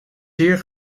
zeer